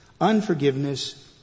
unforgiveness